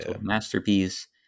masterpiece